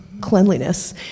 cleanliness